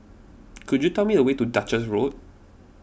could you tell me the way to Duchess Road